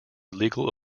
legal